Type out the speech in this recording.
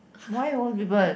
why old people